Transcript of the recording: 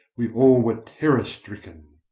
we all were terror-stricken.